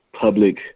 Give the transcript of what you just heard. public